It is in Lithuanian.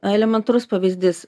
elementarus pavyzdys